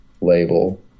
label